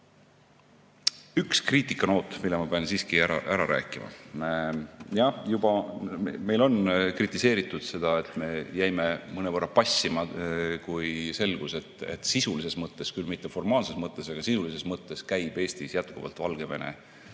[siiski ka], mille ma pean siiski ära rääkima. Jah, meil on juba kritiseeritud seda, et me jäime mõnevõrra passima, kui selgus, et sisulises mõttes, küll mitteformaalses mõttes, aga sisulises mõttes käib Eestis jätkuvalt Valgevene